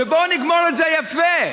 ובואו נגמור את זה יפה.